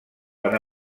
van